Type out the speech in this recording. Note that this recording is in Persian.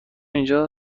اینجا